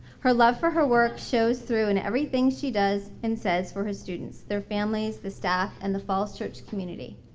her love for her work shows through in everything she does and says for her students, their families the staff and the falls church community.